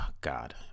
God